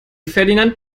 ferdinand